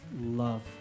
love